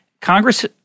congress